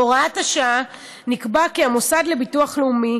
בהוראת השעה נקבע כי המוסד לביטוח לאומי